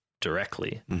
directly